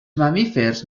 mamífers